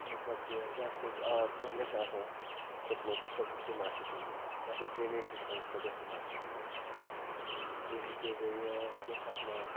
مطلب کہِ یَتھ منٛز آب دۄہلی چھِ آسان کھوٚتمُت سۄ کۄس سٕماٹ سِٹی گٔے یَتھ منٛز ڈرٛینیج سِسٹَم چھِ سۄ کۄس سٕماٹ سِٹی گٔے تُہۍ ہیٚکِو بیٚیہِ کیٛاہ چھِ اَتھ ناو